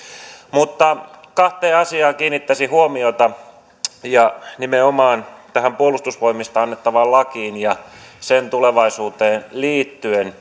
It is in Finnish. mutta kahteen asiaan kiinnittäisin huomiota nimenomaan tähän puolustusvoimista annettavaan lakiin ja sen tulevaisuuteen liittyen